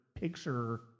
picture